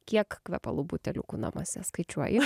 kiek kvepalų buteliukų namuose skaičiuoji